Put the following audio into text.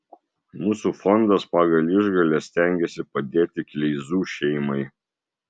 mūsų fondas pagal išgales stengiasi padėti kleizų šeimai